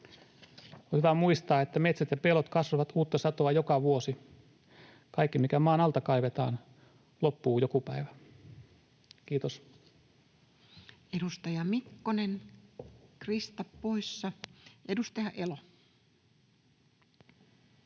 On hyvä muistaa, että metsät ja pellot kasvavat uutta satoa joka vuosi. Kaikki, mikä maan alta kaivetaan, loppuu joku päivä. — Kiitos. Edustaja Mikkonen, Krista, poissa. — Edustaja Elo.